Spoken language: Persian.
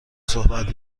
صحبت